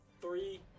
Three